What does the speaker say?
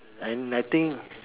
and I think